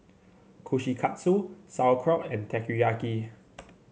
Kushikatsu Sauerkraut and Teriyaki